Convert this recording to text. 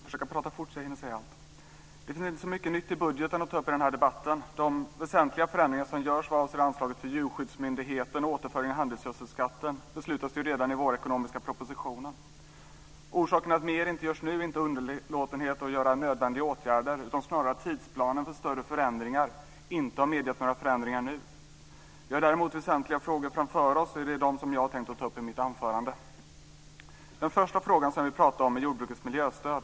Fru talman! Det finns inte så mycket nytt i budgeten att ta upp i den här debatten. De väsentliga förändringar som görs vad avser anslaget till djurskyddsmyndigheten och återföringen av handelsgödselskatten beslutades ju redan i ekonomiska vårpropositionen. Orsaken till att mer inte görs nu är inte underlåtenhet att vidta nödvändiga åtgärder, utan snarare att tidsplanen för större förändringar inte har medgett några förändringar nu. Vi har däremot väsentliga frågor framför oss, och det är de som jag har tänkt ta upp i mitt anförande. Den första frågan som jag vill tala om är jordbrukets miljöstöd.